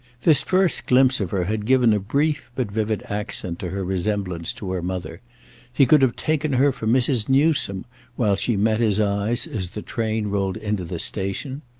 this first glimpse of her had given a brief but vivid accent to her resemblance to her mother he could have taken her for mrs. newsome while she met his eyes as the train rolled into the station.